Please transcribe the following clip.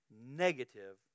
negative